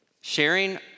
sharing